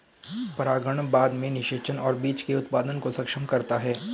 परागण बाद में निषेचन और बीज के उत्पादन को सक्षम करता है